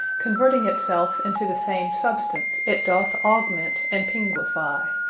converting it selfe into the same substance, it doth augment and pinguifie.